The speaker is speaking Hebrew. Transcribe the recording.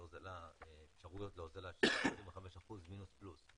יהיו אפשרויות להוזלה של 25% פלוס מינוס.